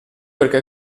perché